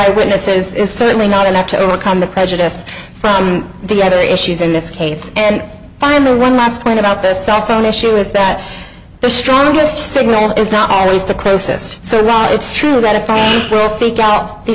eyewitnesses is certainly not enough to overcome the prejudice from the other issues in this case and i'm the one last point about the cell phone issue is that the strongest signal is not always the closest so wrong it's true that it will seek out the